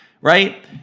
right